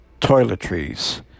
toiletries